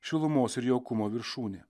šilumos ir jaukumo viršūnė